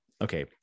okay